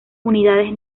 unidades